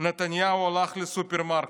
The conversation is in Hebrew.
נתניהו הלך לסופרמרקט,